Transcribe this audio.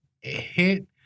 hit